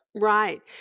right